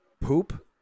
poop